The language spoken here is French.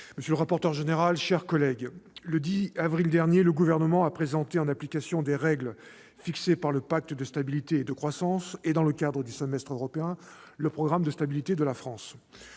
monsieur le rapporteur général, mes chers collègues, le 10 avril dernier, le Gouvernement a présenté, en application des règles fixées par le pacte de stabilité et de croissance, et dans le cadre du semestre européen, le programme de stabilité de la France.